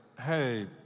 hey